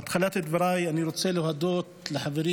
בהתחלת דבריי אני רוצה להודות לחברי